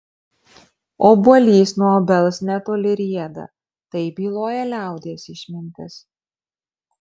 obuolys nuo obels netoli rieda taip byloja liaudies išmintis